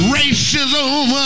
racism